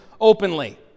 openly